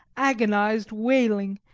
agonised wailing,